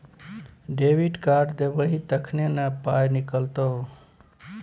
debit card देबही तखने न पाइ निकलतौ